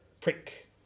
prick